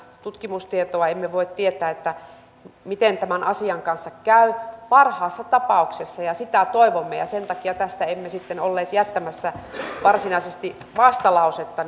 tutkimustietoa emme voi tietää miten tämän asian kanssa käy parhaassa tapauksessa ja sitä toivomme ja sen takia tästä emme sitten olleet jättämässä varsinaisesti vastalausetta